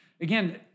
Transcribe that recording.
again